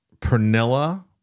Pernilla